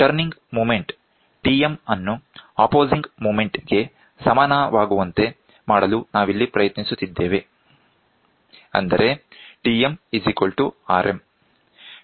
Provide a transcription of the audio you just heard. turning moment Tm ಅನ್ನು opposing moment ಗೆ ಸಮಾನವಾಗುವಂತೆ ಮಾಡಲು ನಾವಿಲ್ಲಿ ಪ್ರಯತ್ನಿಸುತ್ತಿದ್ದೇವೆ